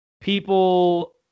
People